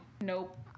Nope